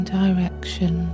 direction